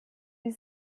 die